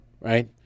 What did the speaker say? right